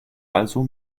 also